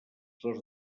dos